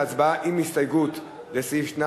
זו הצבעה עם הסתייגות לסעיף 2